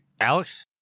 Alex